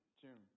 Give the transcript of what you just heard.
June